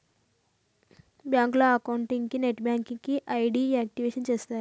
బ్యాంకులో అకౌంట్ కి net banking కి ఐడి యాక్టివేషన్ చేస్తరు